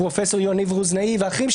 של פרופ' יניב רוזנאי ואחרים,